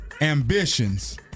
Ambitions